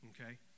okay